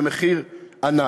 ומחיר ענק.